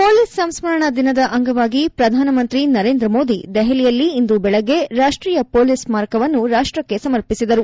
police ಸಂಸ್ಕರಣಾ ದಿನದ ಅಂಗವಾಗಿ ಪ್ರಧಾನಮಂತ್ರಿ ನರೇಂದ್ರ ಮೋದಿ ದೆಹಲಿಯಲ್ಲಿ ಇಂದು ಬೆಳಗ್ಗೆ ರಾಷ್ಷೀಯ ಮೊಲೀಸ್ ಸ್ನಾರಕವನ್ನು ರಾಷ್ಲಕ್ಷೆ ಸಮರ್ಪಿಸಿದರು